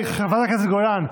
חברת הכנסת גולן,